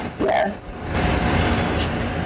Yes